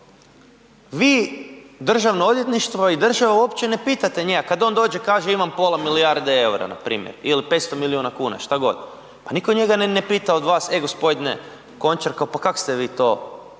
vi državno odvjetništvo i država uopće ne pitate njega kad on dođe i kaže imam pola milijarde EUR-a npr. ili 500 miliona kuna šta god, pa nitko njega ne pita od vas, e gospodine Končar pa kak ste vi to,